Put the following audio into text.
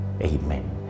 amen